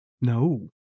No